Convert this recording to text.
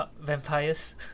vampires